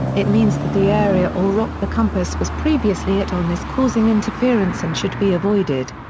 it means that the area or rock the compass was previously at on is causing interference and should be avoided.